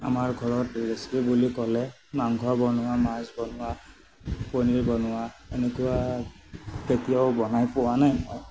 আমাৰ ঘৰত ৰেচিপি বুলি ক'লে মাংস বনোৱা মাছ বনোৱা পনীৰ বনোৱা এনেকুৱা কেতিয়াও বনাই পোৱা নাই মই